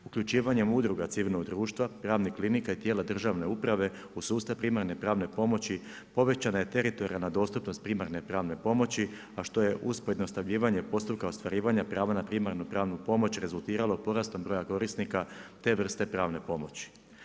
Uključivanjem udruga civilnog društva, pravnih klinika i tijela državne uprave u sustav primarne pravne pomoći povećana je teritorijalna dostupnost primarne pravne pomoći, a što je uz pojednostavljivanje postupka ostvarivanja prava na primarnu pravnu pomoć rezultiralo porastom broja korisnika te vrste pravne pomoći.